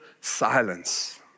silence